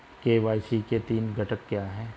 KYC के तीन घटक क्या हैं?